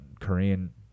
Korean